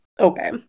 Okay